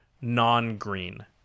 non-green